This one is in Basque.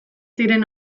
ziren